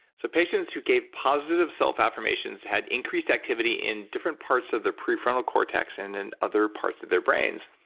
so patients who gave positive self-affirmations had increased activity in different parts of their prefrontal cortex and in other parts of their brains,